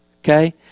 okay